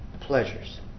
pleasures